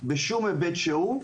בשום היבט שהוא.